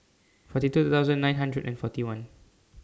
forty two thousand nine hundred forty one